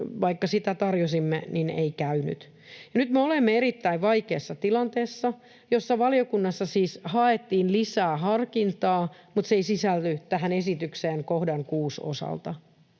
vaikka sitä tarjosimme. Nyt me olemme erittäin vaikeassa tilanteessa, johon valiokunnassa siis haettiin lisää harkintaa, mutta se ei sisälly tähän esitykseen kohdan 6 osalta.